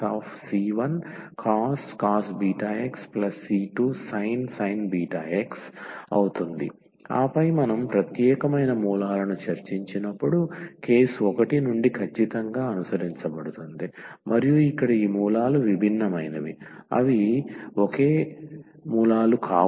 yeαxc1cos βxc2sin βx ఆపై మనం ప్రత్యేకమైన మూలాలను చర్చించినప్పుడు కేసు 1 నుండి ఖచ్చితంగా అనుసరించబడుతుంది మరియు ఇక్కడ ఈ మూలాలు విభిన్నమైనవి అవి ఒకే మూలాలు కావు